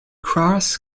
cross